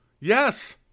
yes